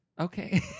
Okay